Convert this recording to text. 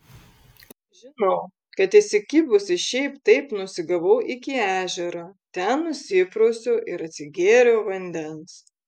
žinau kad įsikibusi šiaip taip nusigavau iki ežero ten nusiprausiau ir atsigėriau vandens